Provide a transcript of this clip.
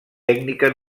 tècnica